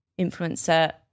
influencer